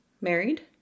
married